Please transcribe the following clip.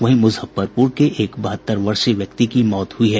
वहीं मुजफ्फरपुर में एक बहत्तर वर्षीय व्यक्ति की मौत हुई है